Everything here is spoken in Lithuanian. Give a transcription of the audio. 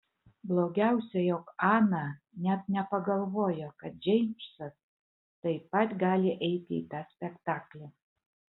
blogiausia jog ana net nepagalvojo kad džeimsas taip pat gali eiti į tą spektaklį